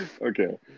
Okay